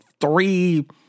three